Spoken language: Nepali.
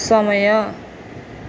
समय